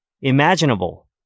imaginable